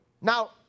Now